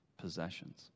possessions